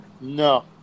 No